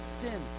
sin